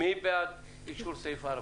מי בעד אישור סעיף 4?